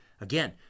again